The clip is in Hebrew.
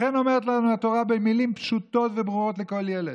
לכן אומרת לנו התורה במילים פשוטות וברורות לכל ילד: